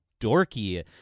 dorky